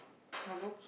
want to go